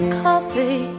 coffee